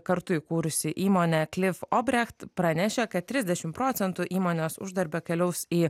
kartu įkūrusi įmonę klif obrecht pranešė kad trisdešim procentų įmonės uždarbio keliaus į